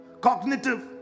cognitive